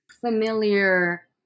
familiar